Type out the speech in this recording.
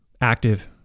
active